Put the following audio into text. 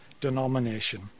denomination